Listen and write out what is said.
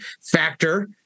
factor